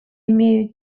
имею